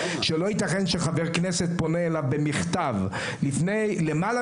שלא ייתכן שחבר כנסת פונה אליו במכתב לפני למעלה